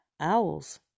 owls